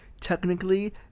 Technically